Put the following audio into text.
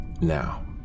Now